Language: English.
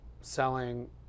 selling